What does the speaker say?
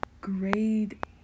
Grade